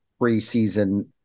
preseason